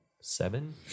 seven